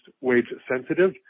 wage-sensitive